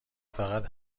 فقط